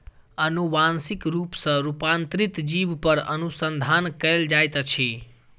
अनुवांशिक रूप सॅ रूपांतरित जीव पर अनुसंधान कयल जाइत अछि